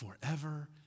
forever